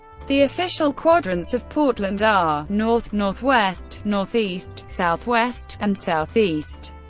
the official quadrants of portland are north, northwest, northeast, southwest, and southeast,